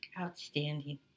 Outstanding